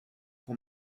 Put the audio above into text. pour